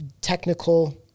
technical